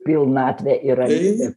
pilnatvė ir ramybė